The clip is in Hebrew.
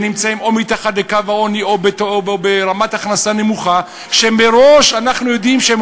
שנמצאים או מתחת לקו העוני או ברמת הכנסה נמוכה שמראש אנחנו יודעים שהם